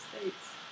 States